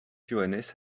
johannes